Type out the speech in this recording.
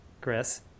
Chris